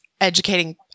educating